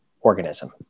organism